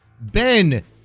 Ben